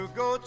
go